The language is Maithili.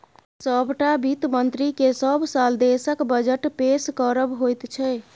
सभटा वित्त मन्त्रीकेँ सभ साल देशक बजट पेश करब होइत छै